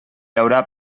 haurà